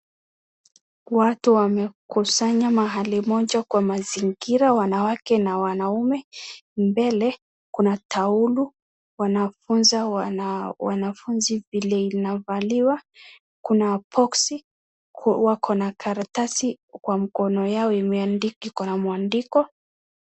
Watu wamekusanya mahali moja kwa mazingira wanawake na wanaume. Mbele kuna taulo wanafunza wanafunzi vile inavaliwa. Kuna boksi , wako na karatasi kwa mkono yao imeandikwa iko na mwandiko.